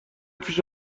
پیش